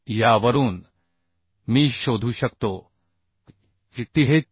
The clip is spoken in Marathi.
यावरून मी शोधू शकतो की t हे 3